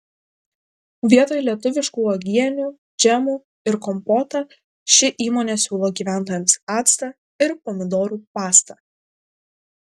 vietoj lietuviškų uogienių džemų ir kompotą ši įmonė siūlo gyventojams actą ir pomidorų pastą